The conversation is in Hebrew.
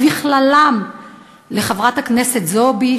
ובכללם לחברת הכנסת זועבי,